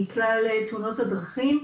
מכלל תאונות הדרכים,